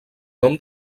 nom